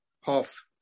half